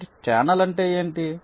కాబట్టి ఛానెల్ అంటే ఏమిటి